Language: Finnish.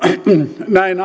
näin